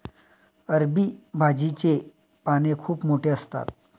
अरबी भाजीची पाने खूप मोठी असतात